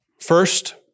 First